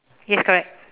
yes correct